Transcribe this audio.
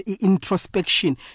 introspection